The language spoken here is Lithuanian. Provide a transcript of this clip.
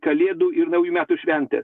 kalėdų ir naujų metų šventę